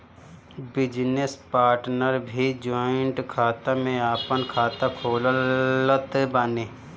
business partner भी joint खाता में आपन खाता खोलत बाने